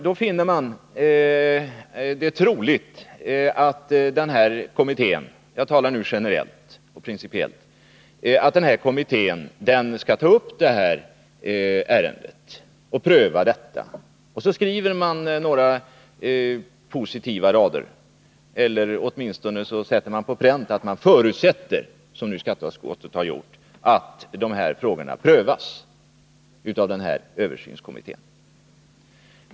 Då finner man det troligt att den här kommittén — jag menar då generellt och principiellt — skall ta upp det aktuella ärendet till behandling och pröva det. Sedan skriver man några positiva rader; åtminstone sätter man på pränt att man förutsätter — som skatteutskottet i det här fallet har gjort — att de aktuella frågorna prövas av översynskommittén.